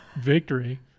victory